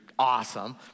awesome